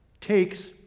takes